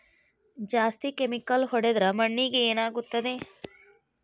ಜಾಸ್ತಿ ಕೆಮಿಕಲ್ ಹೊಡೆದ್ರ ಮಣ್ಣಿಗೆ ಏನಾಗುತ್ತದೆ?